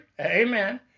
Amen